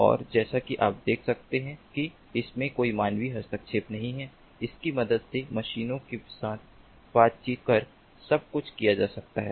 और जैसा कि आप देख सकते हैं कि इसमें कोई मानवीय हस्तक्षेप नहीं है इसकी मदद से मशीनों के साथ बातचीत कर सब कुछ किया जा सकता है